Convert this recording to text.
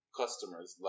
customers